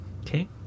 Okay